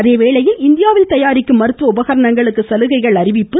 அதேவேளையில் இந்தியாவில் தயாரிக்கும் மருத்துவ உபகரணங்களுக்கு சலுகைகள் அறிவிக்கப்பட்டுள்ளது